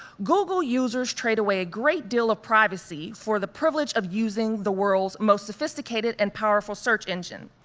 google users trade away a great deal of privacy for the privilege of using the world's most sophisticated and powerful search engine.